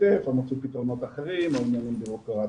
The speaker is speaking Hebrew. להשתתף או מצאו פתרונות אחרים או עניינים בירוקרטיים.